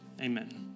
Amen